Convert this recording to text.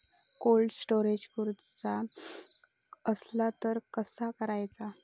Cold storage करूचा असला तर कसा करायचा?